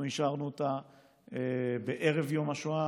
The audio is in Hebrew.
אנחנו אישרנו אותה בערב יום השואה.